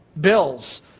Bill's